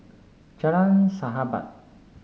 Jalan Sahabat